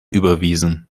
überwiesen